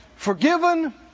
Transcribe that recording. Forgiven